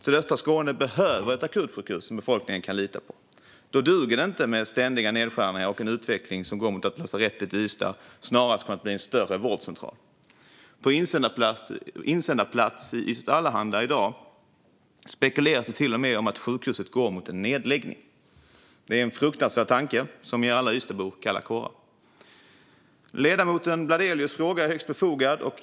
Sydöstra Skåne behöver ett akutsjukhus som befolkningen kan lita på. Då duger det inte med ständiga nedskärningar och en utveckling som går mot att lasarettet i Ystad snarast kommer att bli en större vårdcentral. På insändarplats i Ystads Allehanda i dag spekuleras det till och med om att sjukhuset går mot en nedläggning. Det är en fruktansvärd tanke som ger alla Ystadsbor kalla kårar. Ledamoten Bladelius ställer en högst befogad fråga.